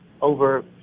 over